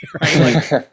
right